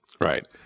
Right